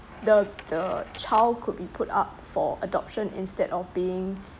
the the child could be put up for adoption instead of being